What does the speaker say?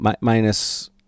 minus